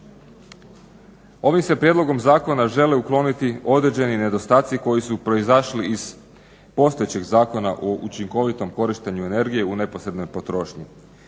Ovim se prijedlogom zakona žele ukloniti određeni nedostaci koji su proizašli iz postojećeg Zakona o učinkovitom korištenju energije u neposrednoj potrošnji.